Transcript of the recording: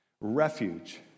Refuge